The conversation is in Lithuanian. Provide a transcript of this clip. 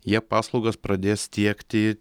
jie paslaugas pradės tiekti